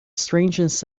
strangeness